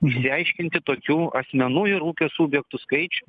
išsiaiškinti tokių asmenų ir ūkio subjektų skaičių